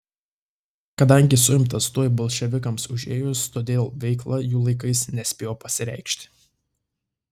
kadangi suimtas tuoj bolševikams užėjus todėl veikla jų laikais nespėjo pasireikšti